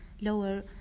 lower